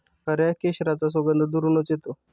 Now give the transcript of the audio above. खऱ्या केशराचा सुगंध दुरूनच येतो